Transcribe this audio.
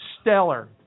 stellar